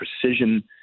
precision